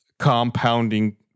compounding